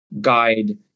guide